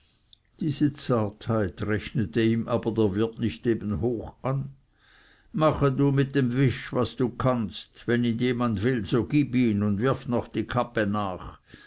diese zartheit rechnete ihm aber der wirt nicht eben hoch an mache du mit dem wisch was du kannst wenn ihn jemand will so gib ihn und wirf noch die kappe nach